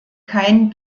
kein